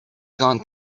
gone